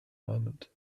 moment